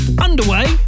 underway